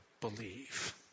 believe